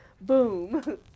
Boom